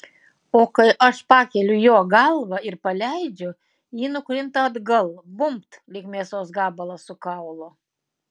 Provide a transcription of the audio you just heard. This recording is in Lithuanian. o kai aš pakeliu jo galvą ir paleidžiu ji nukrinta atgal bumbt lyg mėsos gabalas su kaulu